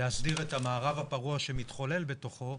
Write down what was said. להסדיר את המערב הפרוע שמתחולל בתוכו